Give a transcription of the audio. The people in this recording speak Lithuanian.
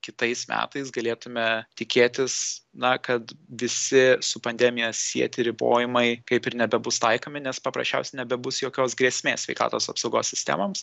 kitais metais galėtume tikėtis na kad visi su pandemija sieti ribojimai kaip ir nebebus taikomi nes paprasčiausiai nebebus jokios grėsmės sveikatos apsaugos sistemoms